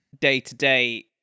day-to-day